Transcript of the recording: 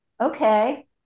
Okay